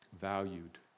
valued